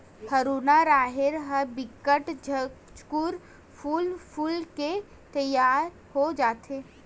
हरूना राहेर ह बिकट झटकुन फर फूल के तियार हो जथे